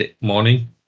morning